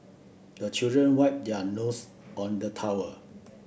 the children wipe their nose on the towel